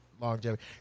longevity